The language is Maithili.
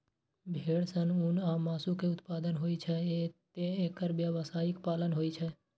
भेड़ सं ऊन आ मासु के उत्पादन होइ छैं, तें एकर व्यावसायिक पालन होइ छै